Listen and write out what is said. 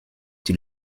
die